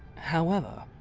however,